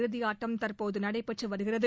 இறுதியாட்டம் தற்போது நடைபெற்று வருகிறது